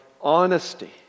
honesty